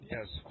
Yes